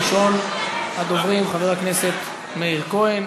ראשון הדוברים, חבר הכנסת מאיר כהן.